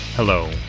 Hello